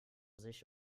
sich